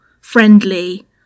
friendly